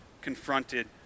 confronted